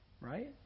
right